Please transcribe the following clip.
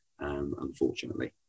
Unfortunately